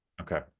Okay